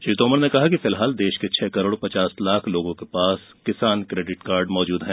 श्री तोमर ने कहा कि फिलहाल देश के छह करोड़ पचास लाख लोगों के पास किसान क्रेडिट कार्ड हैं